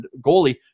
goalie